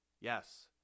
Yes